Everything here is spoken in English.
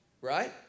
right